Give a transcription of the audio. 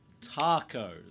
tacos